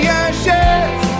ashes